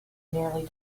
nearly